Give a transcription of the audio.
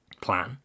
Plan